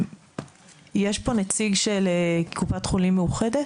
יש פה נציג של קופת חולים מאוחדת?